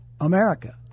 America